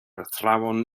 athrawon